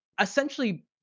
essentially